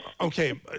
Okay